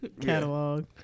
catalog